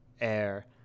air